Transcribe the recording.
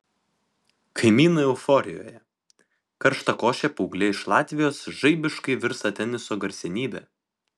kaimynai euforijoje karštakošė paauglė iš latvijos žaibiškai virsta teniso garsenybe